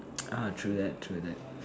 ah true that true that